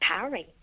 empowering